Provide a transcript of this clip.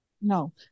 no